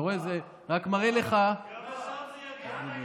אתה רואה, זה רק מראה לך, גם לשם זה יגיע.